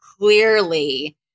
clearly